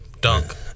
Dunk